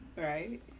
right